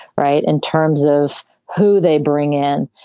right. in terms of who they bring in.